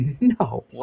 no